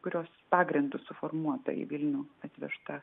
kurios pagrindu suformuota į vilnių atvežta